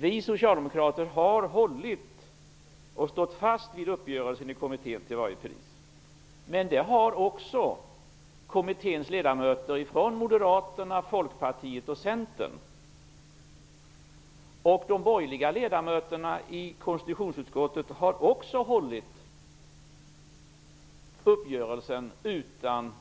Vi socialdemokrater har hållit och till varje pris stått fast vid uppgörelsen i kommittén, men det har också kommitténs ledamöter från Även de borgerliga ledamöterna i konstitutionsutskottet har hållit fast vid uppgörelsen utan